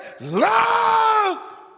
love